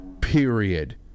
period